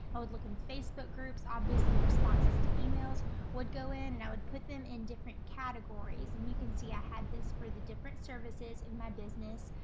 i would look in facebook groups, obviously responses to emails would go in, and i would put them in different categories. and you can see i had this for the different services in my business.